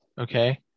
okay